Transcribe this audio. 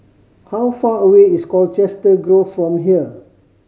how far away is Colchester Grove from here